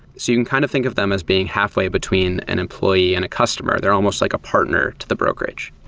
so you can kind of think of them as being halfway between an employee and a customer. they're almost like a partner to the brokerage.